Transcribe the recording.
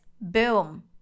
Boom